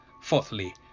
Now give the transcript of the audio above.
Fourthly